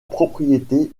propriété